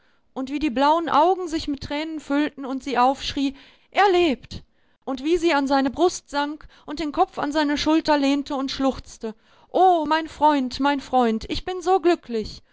und wie die blauen augen sich mit tränen füllten und sie aufschrie er lebt und wie sie an seine brust sank und den kopf an seine schulter lehnte und schluchzte omein freund mein freund ich bin so glücklich